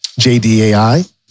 JDAI